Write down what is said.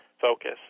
focus